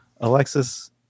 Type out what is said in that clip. Alexis